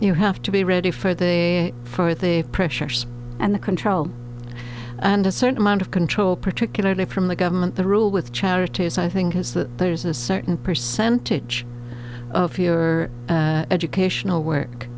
you have to be ready for the for the pressures and the control and a certain amount of control particularly from the government the rule with charities i think is that there's a certain percentage of your educational work